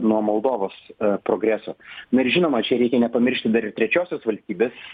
nuo moldovos progreso na ir žinoma čia reikia nepamiršti dar ir trečiosios valstybės